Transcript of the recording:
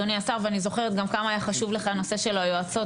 אדוני השר ואני חושבת גם כמה היה חשוב לך הנושא של היועצות,